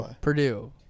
Purdue